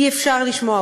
אי-אפשר לשמוע.